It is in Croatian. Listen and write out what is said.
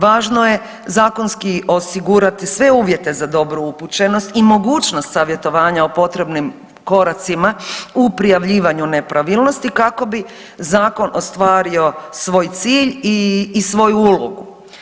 Važno je zakonski osigurati sve uvjete za dobru upućenost i mogućnost savjetovanja o potrebnim koracima u prijavljivanju nepravilnosti kao bi zakon ostvario svoj cilj i svoju ulogu.